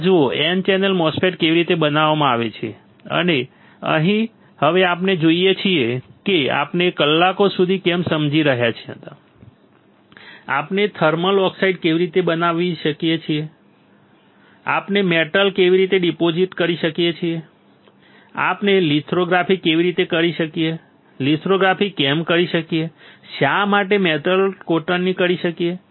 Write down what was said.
આ જુઓ N channel MOSFET કેવી રીતે બનાવવામાં આવે છે અને અહીં હવે આપણે જોઈએ છીએ કે આપણે કલાકો સુધી કેમ સમજી રહ્યા હતા આપણે થર્મલ ઓક્સાઈડ કેવી રીતે બનાવી શકીએ છીએ આપણે મેટલ કેવી રીતે ડિપોઝિટ કરી શકીએ આપણે લિથોગ્રાફી કેવી રીતે કરી શકીએ લિથોગ્રાફી કેમ કરી શકીએ શા માટે મેટલ કોતરણી કરી શકીએ